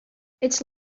its